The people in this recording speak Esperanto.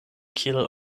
kiel